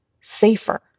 safer